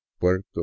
Puerto